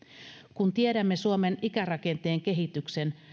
kun tiedämme suomen ikärakenteen kehityksen